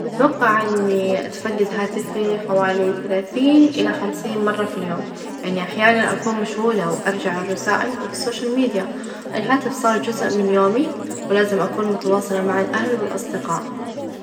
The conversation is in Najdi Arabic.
أتوقع إني أتفقد هاتفي حوالي ثلاثين إلى خمسين مرة في اليوم، يعني أحيانًا أكون مشغولة، وأرجع الرسائل، وبالسوشال ميديا الهاتف صار جزء من يومي، ولازم أكون متواصلة مع الأهل، والأصدقاء.